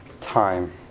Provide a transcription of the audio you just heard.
time